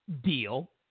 deal